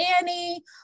Annie